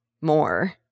more